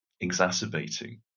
exacerbating